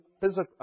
physical